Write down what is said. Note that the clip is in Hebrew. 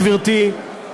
גברתי,